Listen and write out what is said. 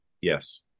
Yes